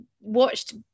watched